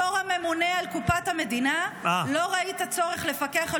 בתור הממונה על קופת המדינה לא ראית צורך לפקח על